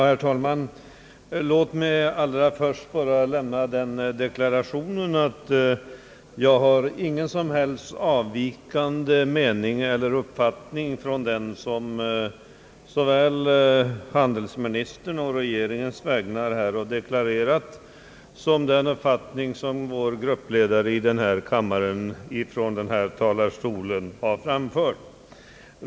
Herr talman! Låt mig allra först deklarera att jag inte har någon som helst avvikande mening eller uppfattning från den som såväl handelsministern å regeringens vägnar här har redogjort för som den uppfattning som vår gruppledare från kammarens talarstol har framfört.